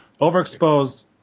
Overexposed